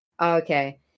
Okay